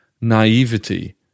naivety